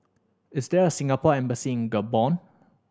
is there a Singapore Embassy Gabon